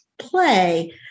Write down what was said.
play